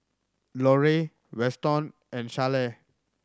Lorie Weston and Sharleen